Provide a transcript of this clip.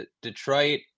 Detroit